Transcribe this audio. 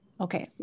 Okay